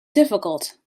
difficult